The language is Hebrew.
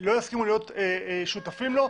לא יסכימו להיות שותפים לו,